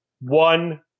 One